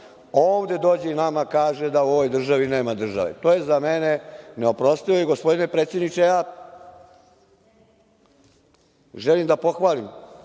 ovde dođe i nama kaže da u ovoj državi nema države. To je za mene neoprostivo. Gospodine predsedniče, ja želim da pohvalim